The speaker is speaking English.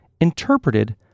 interpreted